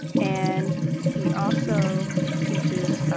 and he also teaches